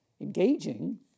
engaging